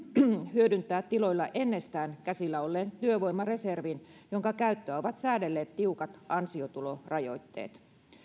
hyödyntää tiloilla ennestään käsillä olleen työvoimareservin jonka käyttöä ovat säädelleet tiukat ansiotulorajoitteet